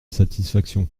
satisfaction